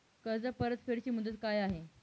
कर्ज परतफेड ची मुदत काय आहे?